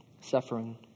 suffering